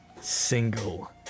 single